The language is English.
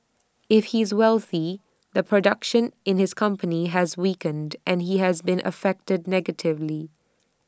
if he's wealthy the production in his company has weakened and he has been affected negatively